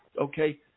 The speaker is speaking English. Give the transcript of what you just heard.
Okay